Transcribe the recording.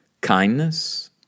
kindness